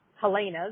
Helena's